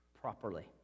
Properly